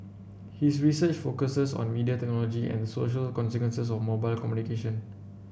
his research focuses on media technology and social consequences of mobile communication